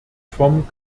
vom